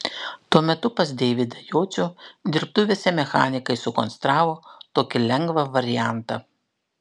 tuo metu pas deividą jocių dirbtuvėse mechanikai sukonstravo tokį lengvą variantą